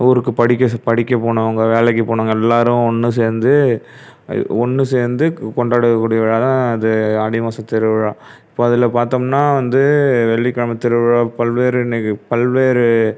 ஊருக்கு படிக்க செ படிக்க போனவங்க வேலைக்கு போனவங்க எல்லாரும் ஒன்று சேர்ந்து ஒன்று சேர்ந்து கொண்டாட கூடிய விழா தான் அது ஆடி மாதத் திருவிழா இப்போ அதில் பார்த்தோம்னா வந்து வெள்ளிக்கிழமை திருவிழா பல்வேறு நிக பல்வேறு